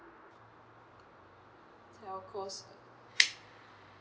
telcos